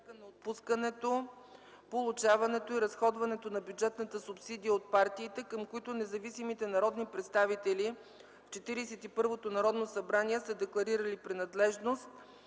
на отпускането, получаването и разходването на бюджетната субсидия от партиите, към които независимите народни представители в Четиридесет и първото Народно събрание са декларирали принадлежност.